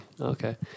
Okay